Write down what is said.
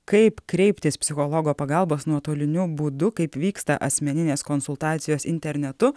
kaip kreiptis psichologo pagalbos nuotoliniu būdu kaip vyksta asmeninės konsultacijos internetu